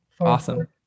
Awesome